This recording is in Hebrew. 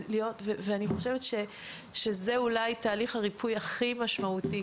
ואני חושבת שזה אולי תהליך הריפוי הכי משמעותי,